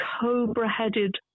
cobra-headed